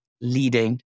leading